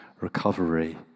recovery